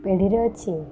ରେ ଅଛି